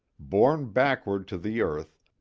borne backward to the earth,